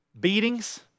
Beatings